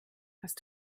hast